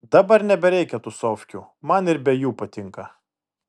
dabar nebereikia tūsovkių man ir be jų patinka